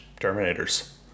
Terminators